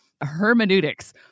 hermeneutics